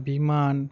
বিমান